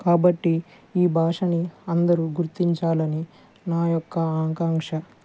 కాబట్టి ఈ భాషని అందరూ గుర్తించాలని నా యొక్క ఆంకాక్ష